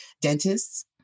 dentists